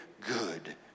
good